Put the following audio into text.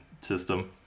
system